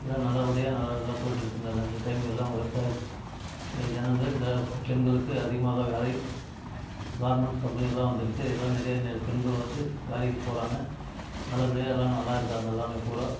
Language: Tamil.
எல்லாம் நல்லபடியாக நல்லா நல்லா போயிட்டுருக்குங்க எல்லாம் இந்த டைம் விவசாய ஜனங்கள் இந்த பெண்களுக்கு அதிகமாக வேலை கார்மெண்ட்ஸ் கம்பெனி எல்லாம் வந்துருக்குது இதில் நிறையா நெ பெண்கள் வந்து வேலைக்கு போகிறாங்க நல்லபடியாக எல்லாம் நல்லா இருக்காங்க எல்லாமே பூராக